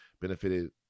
benefited